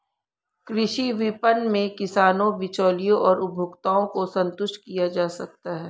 कृषि विपणन में किसानों, बिचौलियों और उपभोक्ताओं को संतुष्ट किया जा सकता है